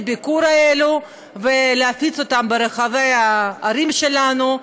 הביקור האלה ולהפיץ אותם ברחבי הערים שלנו.